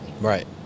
Right